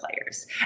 players